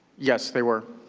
yes, they were.